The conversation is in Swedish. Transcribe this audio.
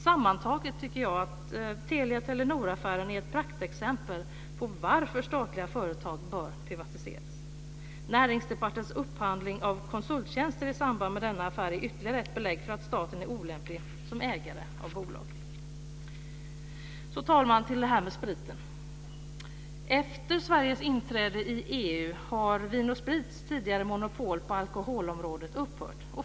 Sammantaget tycker jag att Telia-Telenor-affären är ett praktexempel på varför statliga företag bör privatiseras. Näringsdepartementets upphandling av konsulttjänster i samband med denna affär är ytterligare ett belägg för att staten är olämplig som ägare av bolag. Sedan, herr talman, gäller det spriten. Efter Sveriges inträde i EU har ju Vin & Sprits tidigare monopol på alkoholområdet upphört.